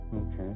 Okay